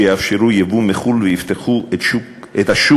שתאפשר ייבוא מחו"ל ותפתח את השוק